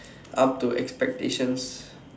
up to expectations